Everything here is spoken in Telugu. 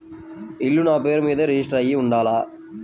ఇల్లు నాపేరు మీదే రిజిస్టర్ అయ్యి ఉండాల?